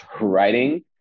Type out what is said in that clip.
writing